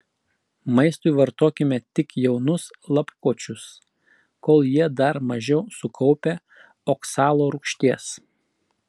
maistui vartokime tik jaunus lapkočius kol jie dar mažiau sukaupę oksalo rūgšties